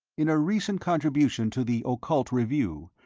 in a recent contribution to the occult review,